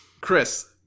Chris